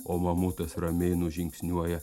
o mamutas ramiai nužingsniuoja